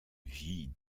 vie